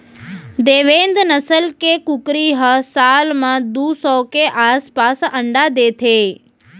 देवेन्द नसल के कुकरी ह साल म दू सौ के आसपास अंडा देथे